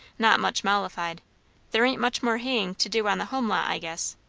not much mollified there ain't much more haying to do on the home lot, i guess.